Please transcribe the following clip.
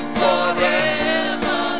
forever